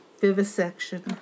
vivisection